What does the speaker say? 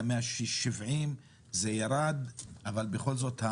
היה 170 זה ירד אבל בכל זאת,